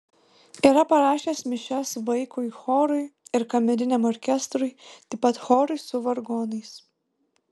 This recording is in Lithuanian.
yra parašęs mišias vaikui chorui ir kameriniam orkestrui taip pat chorui su vargonais